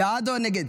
בעד או נגד?